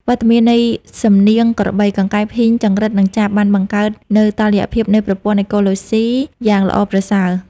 វត្តមាននៃសំនៀងក្របី កង្កែប ហ៊ីង ចង្រិត និងចាប បានបង្កើតនូវតុល្យភាពនៃប្រព័ន្ធអេកូឡូស៊ីយ៉ាងល្អប្រសើរ។